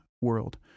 world